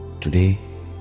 Today